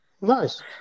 Nice